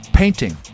painting